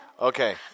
okay